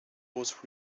was